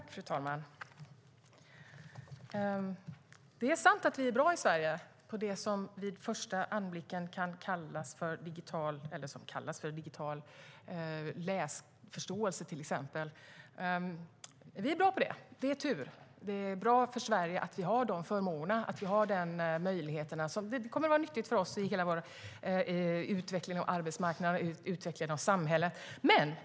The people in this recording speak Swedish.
Fru talman! Det är sant att Sverige är bra på det som kallas för digital läsförståelse. Det är tur, för det är bra för Sverige att vi har den förmågan. Den kommer att vara nyttig i utvecklingen av vår arbetsmarknad och vårt samhälle.